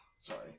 Sorry